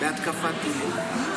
בהתקפת טילים.